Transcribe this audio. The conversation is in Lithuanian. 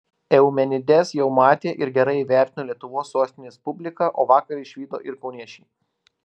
eumenides jau matė ir gerai įvertino lietuvos sostinės publika o vakar išvydo ir kauniečiai